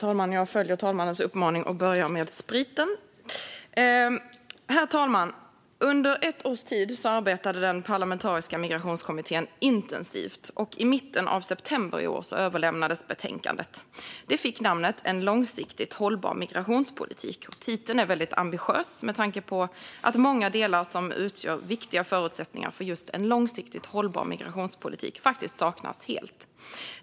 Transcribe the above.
Herr talman! Under ett års tid arbetade den parlamentariska migrationskommittén intensivt, och i mitten av september i år överlämnades betänkandet. Det fick namnet En långsiktigt hållbar migrationspolitik . Titeln är mycket ambitiös med tanke på att många delar som utgör viktiga förutsättningar för just en långsiktigt hållbar migrationspolitik faktiskt saknas helt.